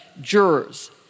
jurors